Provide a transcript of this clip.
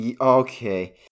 Okay